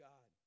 God